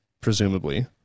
presumably